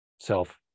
self